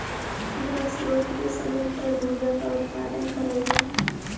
जल स्रोत के समीप तरबूजा का उत्पादन कराल जा हई